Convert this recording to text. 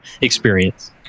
experience